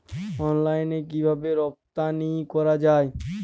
অনলাইনে কিভাবে রপ্তানি করা যায়?